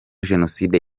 jenoside